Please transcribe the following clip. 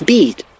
Beat